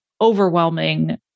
overwhelming